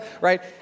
Right